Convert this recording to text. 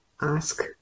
ask